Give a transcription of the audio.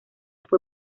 fue